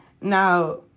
now